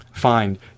find